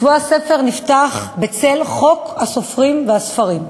שבוע הספר נפתח בצל חוק הסופרים והספרים.